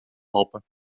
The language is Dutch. alpen